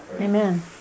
Amen